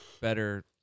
better